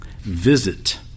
Visit